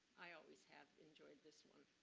i always have enjoyed this one.